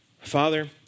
Father